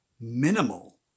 Minimal